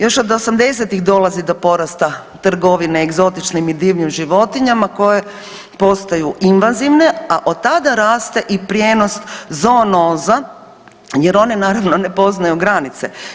Još od 80.-tih dolazi do porasta trgovine egzotičnim i divljim životinjama koje postaju invazivne, a od tada raste i prijenos zoonoza jer one naravno ne poznaju granice.